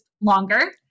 longer